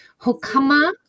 Hokama